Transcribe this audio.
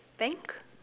the bank